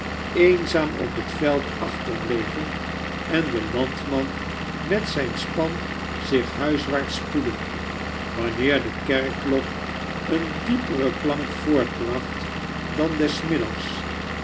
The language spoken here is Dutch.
eenzaam op het veld achterbleven en de landman met zijn span zdch hiuiswaarte spoedde wanneer de herkklok een dieperen hank voortbracht dan des middags